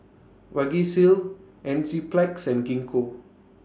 Vagisil Enzyplex and Gingko